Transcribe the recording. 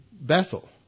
Bethel